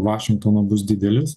vašingtono bus didelis